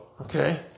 Okay